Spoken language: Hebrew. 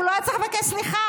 הוא לא היה צריך לבקש סליחה.